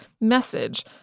message